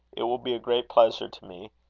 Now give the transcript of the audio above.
it will be a great pleasure to me.